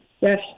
Yes